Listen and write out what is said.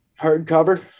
Hardcover